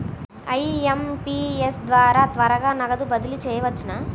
IMPS ద్వారా త్వరగా నగదు బదిలీ చేయవచ్చునా?